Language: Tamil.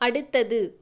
அடுத்தது